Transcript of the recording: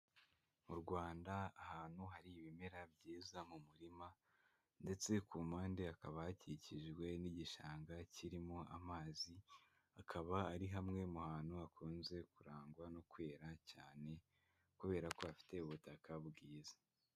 Mu Rwanda, ahantu hari ibimera byiza mu murima, ndetse ku mpande hakaba hakikijwe n'igishanga kirimo amazi, akaba ari hamwe mu hantu hakunze kurangwa no kwera cyane, kubera ko hafite ubutaka bwiza.